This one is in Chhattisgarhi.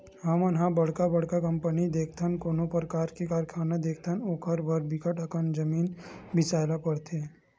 हमन ह बड़का बड़का कंपनी देखथन, कोनो परकार के कारखाना देखथन ओखर बर बिकट अकन जमीन बिसाए ल परथे